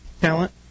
talent